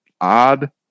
odd